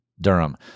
Durham